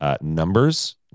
numbers